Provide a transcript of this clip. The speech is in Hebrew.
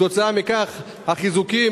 כתוצאה מכך החיזוקים,